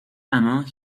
among